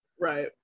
right